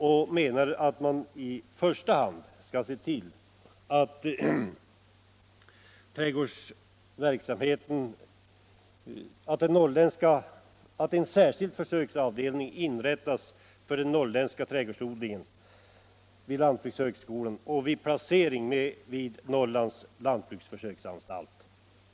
Vi menar att man i första hand skall se till att en särskild försöksavdelning för norrländsk trädgårdsodling inrättas vid lantbrukshögskolan med placering vid Norrlands lantbruksförsöksanstalt.